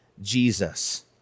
Jesus